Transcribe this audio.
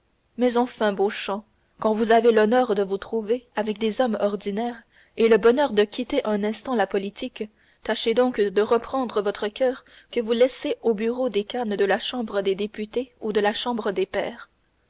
mais enfin beauchamp quand vous avez l'honneur de vous trouver avec des hommes ordinaires et le bonheur de quitter un instant la politique tâchez donc de reprendre votre coeur que vous laissez au bureau des cannes de la chambre des députés ou de la chambre des pairs